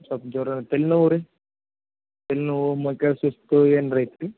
ಸ್ವಲ್ಪ ಜ್ವರ ತಲೆ ನೋವು ರೀ ತಲೆ ನೋವು ಮೈಕೈ ಸುಸ್ತು ಏನಾದ್ರು ಐತಿ ರೀ